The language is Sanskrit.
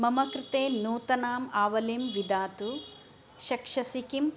मम कृते नूतनाम् आवलिं विधातुं शक्यसि किम्